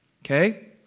okay